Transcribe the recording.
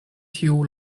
tiu